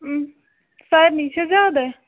سارِنٕے چھا زیادَے